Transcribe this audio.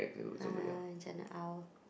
uh Jeanatte-Aw